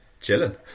chilling